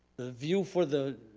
the view for the,